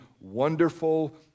Wonderful